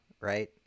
right